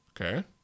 Okay